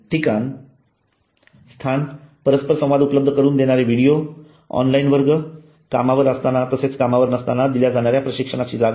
ठिकाण स्थान परस्पर संवाद उपलब्ध करून देणारे व्हिडिओ ऑनलाइन वर्ग कामावर असताना तसेच कामावर नसताना दिल्या जाणाऱ्या प्रशिक्षणची जागा